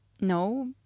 No